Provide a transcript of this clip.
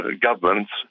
governments